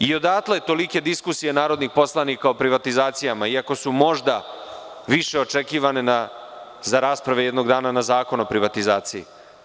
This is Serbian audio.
I odatle tolike diskusije narodnih poslanika o privatizacijama, iako su možda više očekivane za rasprave jednog dana na Zakon o privatizaciji.